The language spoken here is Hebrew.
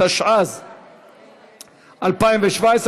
התשע"ז 2017,